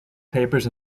papers